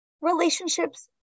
relationships